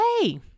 hey